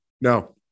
No